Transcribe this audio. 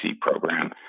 program